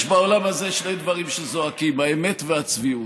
יש בעולם הזה שני דברים שזועקים: האמת והצביעות,